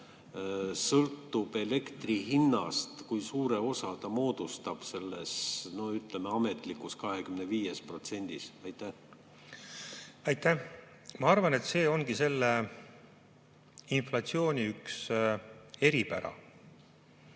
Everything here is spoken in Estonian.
sõltub elektri hinnast? Kui suure osa see moodustab sellest, ütleme, ametlikust 25%-st? Aitäh! Ma arvan, et see ongi praeguse inflatsiooni üks eripära.